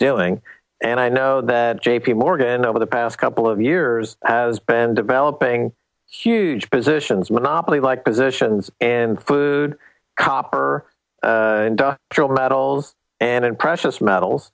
doing and i know that j p morgan over the past couple of years has been developing huge positions monopoly like positions and food copper and drill metals and precious metal